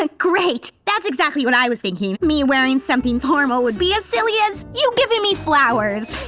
ah great. that's exactly what i was thinking. me wearing something formal would be as silly as you giving me flowers.